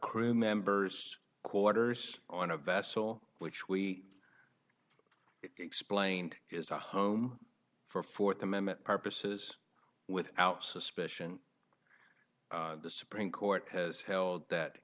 crew members quarters on a vessel which we explained is a home for fourth amendment purposes without suspicion the supreme court has held that